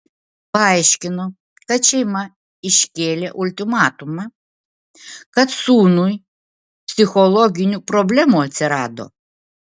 paaiškino kad šeima iškėlė ultimatumą kad sūnui psichologinių problemų atsirado